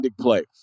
play